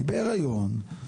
היא בהריון,